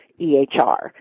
EHR